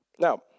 Now